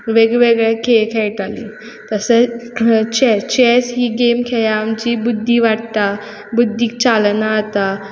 वेगळेवेगळे खेळ खेयटालीं तशेंच चेस चेस ही गेम खेळ्ळ्यार आमची बुद्दी वाडटा बुद्दीक चालना येता